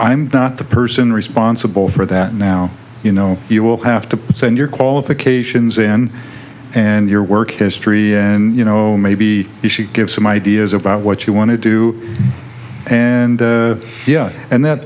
i'm not the person responsible for that now you know you will have to send your qualifications in and your work history and you know maybe you should give some ideas about what you want to do and yeah and that